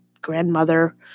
grandmother